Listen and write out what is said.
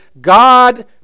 God